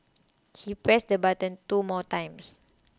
he pressed the button two more times